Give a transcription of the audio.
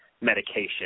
medication